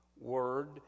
word